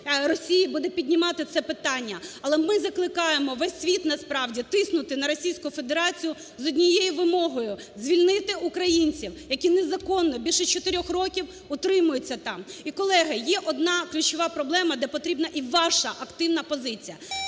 Росії буде піднімати це питання. Але ми закликаємо весь світ насправді тиснути на Російську Федерацію з однією вимогою: звільнити українців, які незаконно більше чотирьох років утримуються там. І, колеги, є одна ключова проблема, де потрібна і ваша активна позиція.